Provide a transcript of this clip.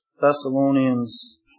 Thessalonians